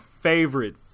favorite